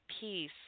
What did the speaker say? peace